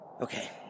Okay